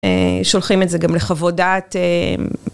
שולחים את זה גם לחוות דעת.